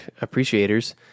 appreciators